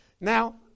Now